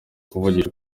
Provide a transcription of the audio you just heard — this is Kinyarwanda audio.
kuvugisha